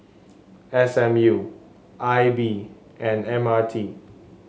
S M U I B and M R T